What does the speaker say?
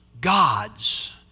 God's